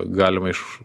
galima iš